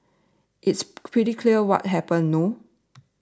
it's pretty clear what happened no